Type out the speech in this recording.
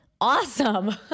awesome